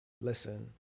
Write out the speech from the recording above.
Listen